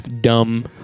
Dumb